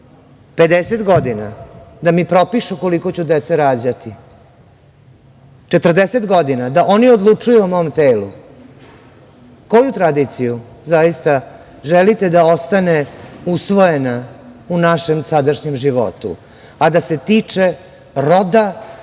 godina - da mi propišu koliko ću dece rađati? Četrdeset godina - da oni odlučuju o mom telu? Koja tradicija zaista želite da ostane usvojena u našem sadašnjem životu, a da se tiče roda